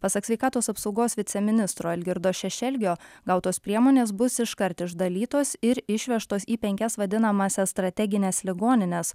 pasak sveikatos apsaugos viceministro algirdo šešelgio gautos priemonės bus iškart išdalytos ir išvežtos į penkias vadinamąsias strategines ligonines